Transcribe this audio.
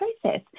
process